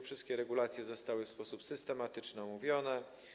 Wszystkie regulacje zostały w sposób systematyczny omówione.